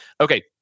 Okay